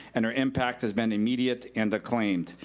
and her impact has been immediate and acclaimed.